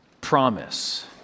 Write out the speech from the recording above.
promise